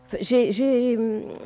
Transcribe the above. j'ai